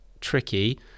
tricky